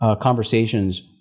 conversations